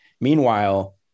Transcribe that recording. Meanwhile